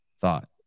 thought